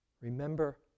Remember